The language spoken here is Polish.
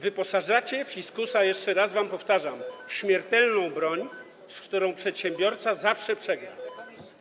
Wyposażacie fiskusa, jeszcze raz wam powtarzam, w śmiertelną broń, z którą przedsiębiorca zawsze przegra.